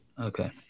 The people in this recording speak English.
Okay